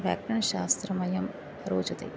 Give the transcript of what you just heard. व्याकरणशास्त्रं मह्यं रोचते